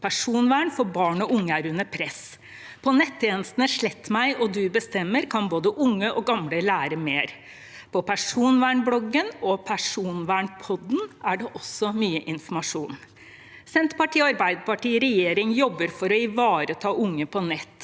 Personvern for barn og unge er under press. På nettjenestene «Slettmeg» og «Du bestemmer» kan både unge og gamle lære mer. På «Personvernbloggen» og «Personvernpodden» er det også mye informasjon. Senterpartiet og Arbeiderpartiet i regjering jobber for å ivareta unge på nett,